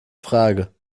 frage